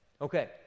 Okay